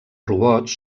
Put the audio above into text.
robots